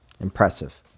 Impressive